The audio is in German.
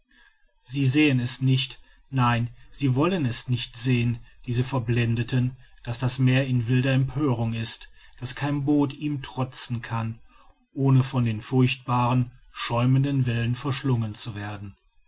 sie sehen es nicht nein sie wollen es nicht sehen diese verblendeten daß das meer in wilder empörung ist daß kein boot ihm trotzen kann ohne von den furchtbaren schäumenden wellen verschlungen zu werden